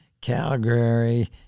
Calgary